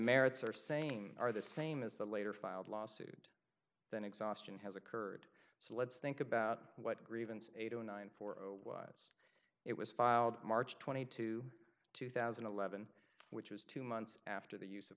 merits or same are the same as the later filed lawsuit then exhaustion has occurred so let's think about what grievance eight zero nine four zero was it was filed march twenty to two thousand and eleven which was two months after the use of